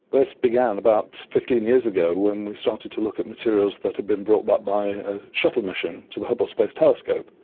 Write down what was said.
this began about fifteen years ago when we started to look at materials that had been brought back by a shuttle mission to the hubble space telescope.